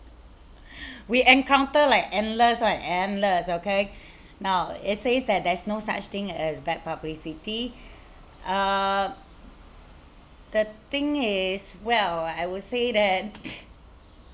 we encounter like endless like endless okay now it says that there's no such thing as bad publicity uh the thing is well I would say that